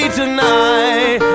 tonight